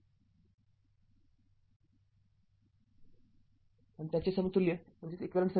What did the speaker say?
तर हे फक्त सर्किट आहे